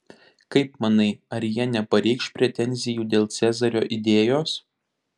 kaip manai ar jie nepareikš pretenzijų dėl cezario idėjos